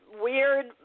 Weird